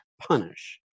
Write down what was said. punish